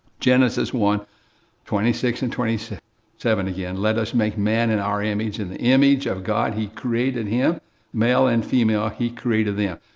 genesis one twenty six and twenty seven again, let us make man in our image, in the image of god he created him male and female he created them.